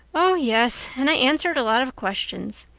oh, yes and i answered a lot of questions.